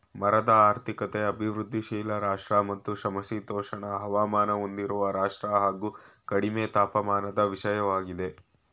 ಮರದ ಆರ್ಥಿಕತೆ ಅಭಿವೃದ್ಧಿಶೀಲ ರಾಷ್ಟ್ರ ಮತ್ತು ಸಮಶೀತೋಷ್ಣ ಹವಾಮಾನ ಹೊಂದಿರುವ ರಾಷ್ಟ್ರ ಹಾಗು ಕಡಿಮೆ ತಾಪಮಾನದ ವಿಷಯವಾಗಿದೆ